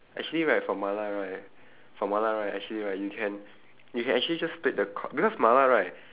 actually right for mala right for mala right actually right you can you can actually just split the co~ because mala right